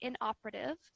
inoperative